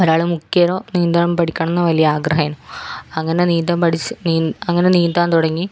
ഒരാൾ മുക്കിയേനു നീന്താൻ പഠിക്കണം എന്ന് വലിയ ഒരു അഗ്രഹേന്നു അങ്ങനെ നീന്താൻ പഠിച്ചു അങ്ങനെ നീന്താൻ തുടങ്ങി